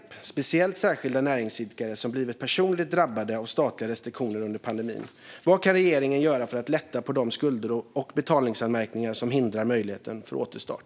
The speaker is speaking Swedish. Det gäller speciellt enskilda näringsidkare som blivit personligt drabbade av statliga restriktioner under pandemin. Vad kan regeringen göra för att lätta på de skulder och betalningsanmärkningar som hindrar möjligheten till återstart?